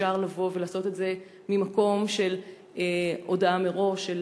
אפשר לבוא ולעשות את זה ממקום של הודעה מראש,